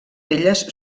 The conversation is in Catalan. elles